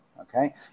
okay